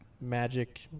magic